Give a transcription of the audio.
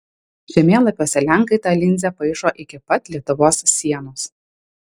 žemėlapiuose lenkai tą linzę paišo iki pat lietuvos sienos